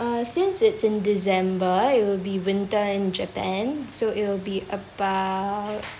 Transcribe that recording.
uh since it's in december it'll be winter in japan so it'll be about